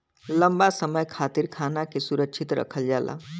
लंबा समय खातिर खाना के सुरक्षित रखल जाला